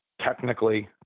technically